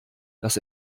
das